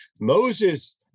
Moses